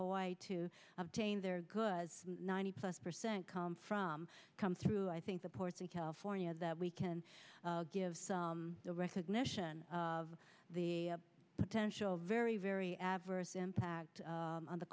hawaii to obtain their goods ninety plus percent come from come through i think the ports in california that we can give recognition of the potential very very adverse impact on the